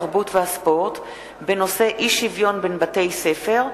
התרבות והספורט בנושא: אי-שוויון בין בתי-הספר,